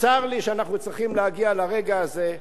צר לי שאנחנו צריכים להגיע לרגע הזה,